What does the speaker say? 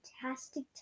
fantastic